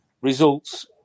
results